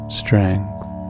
strength